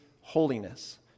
holiness